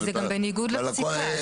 וזה גם בניגוד לפסיקה.